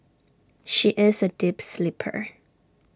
she is A deep sleeper